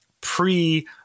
pre